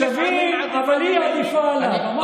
אמרתי, אמרתי שהם שווים אבל היא עדיפה עליי.